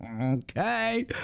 Okay